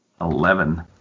Eleven